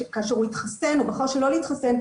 כאשר הוא התחסן או בחר שלא להתחסן,